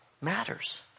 matters